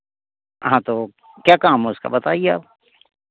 हाँ तो क्या काम है उसका बताइए आप